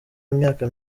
imyaka